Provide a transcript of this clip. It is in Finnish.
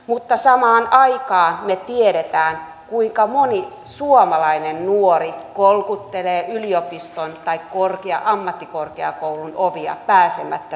mutta samaan aikaan me tiedämme kuinka moni suomalainen nuori kolkuttelee yliopiston tai ammattikorkeakoulun ovia pääsemättä sinne sisälle